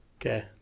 Okay